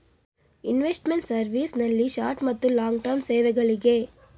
investment service ನಲ್ಲಿ short ಮತ್ತು long term ಸೇವೆಗಳಿಗೆ